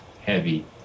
Heavy